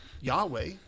Yahweh